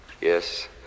yes